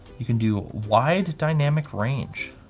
you can do wide dynamic range.